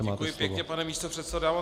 Děkuji pěkně, pane místopředsedo.